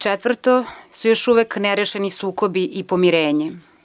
Četvrto su još uvek nerešeni sukobi i pomirenje.